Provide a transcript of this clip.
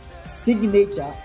signature